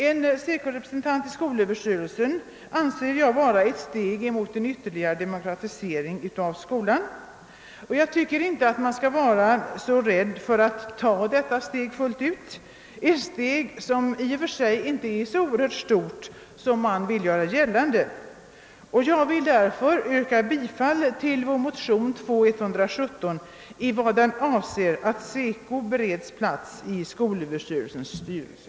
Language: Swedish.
En SECO-representant i skolöverstyrelsens styrelse anser jag vara ett steg mot en ytterligare demokratisering i skolan. Jag tycker inte att man skall vara så rädd för att ta detta steg fullt ut — ett steg som i och för sig inte är så oerhört stort som man vill göra gällande. Jag vill därför, herr talman, yrka bifall till vår motion II:117 i vad den avser att SECO bereds plats i skolöverstyrelsens styrelse.